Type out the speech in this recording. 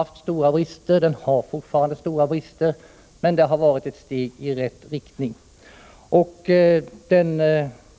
Den har haft och har fortfarande stora brister, men den har varit ett steg i rätt riktning. Den